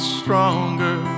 stronger